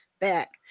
Back